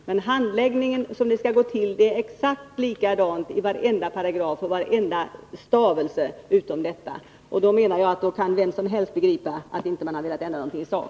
Men beskrivningen av hur handläggningen skall ske är exakt likadan i varenda paragraf och i varenda stavelse utöver den ändringen. Därför menar jag att vem som helst kan begripa att man inte velat ändra någonting i sak.